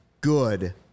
good